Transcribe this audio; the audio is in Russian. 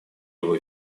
его